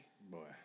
Boy